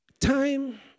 Time